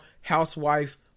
housewife